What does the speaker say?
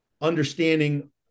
understanding